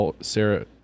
Sarah